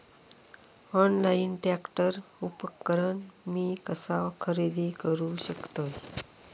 Online tractor उपकरण मी कसा खरेदी करू शकतय?